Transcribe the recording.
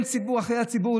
אחרי הציבור,